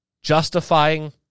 justifying